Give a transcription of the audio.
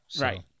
right